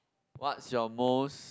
what's your most